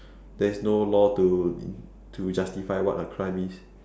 there is no law to to justify what a crime is